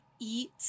eat